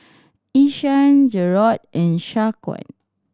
Ishaan Jerrold and Shaquan